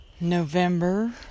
November